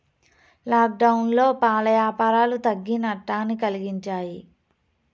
లాక్డౌన్లో పాల యాపారాలు తగ్గి నట్టాన్ని కలిగించాయి